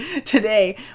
Today